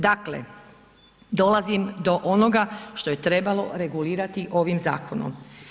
Dakle, dolazim do onoga što je trebalo regulirati ovim zakonom.